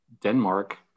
Denmark